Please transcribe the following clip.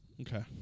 okay